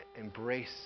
embrace